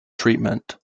treatment